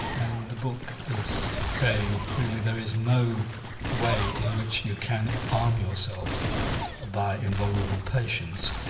and the book is saying really there is no way in which you can arm yourself by invulnerable patience.